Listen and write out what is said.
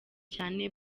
cyane